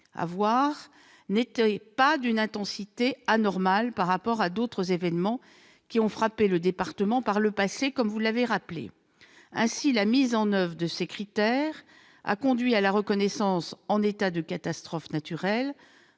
n'était pas d'une intensité anormale par rapport à d'autres événements qui ont frappé le département par le passé. Ainsi, la mise en oeuvre de ces critères a conduit à la reconnaissance de l'état de catastrophe naturelle